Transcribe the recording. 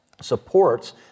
supports